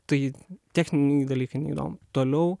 tai techniniai dalykai neįdomu toliau